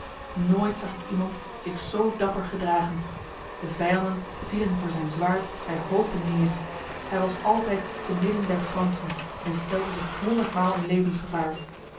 nooit zag ik iemand zich zo dapper gedragen de vijanden vielen voor zijn zwaard bij hopen neer hij was altijd te midden der fransen en stelde zich honderdmaal in levensgevaar